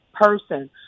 person